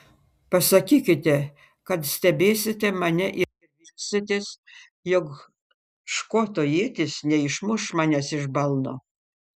pasakykite kad stebėsite mane ir vilsitės jog škoto ietis neišmuš manęs iš balno